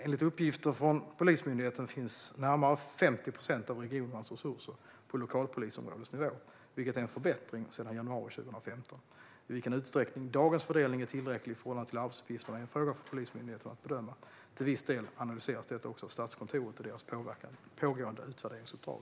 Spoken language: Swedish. Enligt uppgifter från Polismyndigheten finns närmare 50 procent av regionernas resurser på lokalpolisområdesnivå, vilket är en förbättring sedan januari 2015. I vilken utsträckning dagens fördelning är tillräcklig i förhållande till arbetsuppgifterna är en fråga för Polismyndigheten att bedöma. Till viss del analyseras detta också av Statskontoret i dess pågående utvärderingsuppdrag.